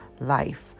life